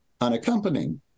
unaccompanied